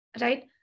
right